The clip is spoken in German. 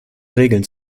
regeln